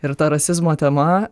ir ta rasizmo tema